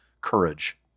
courage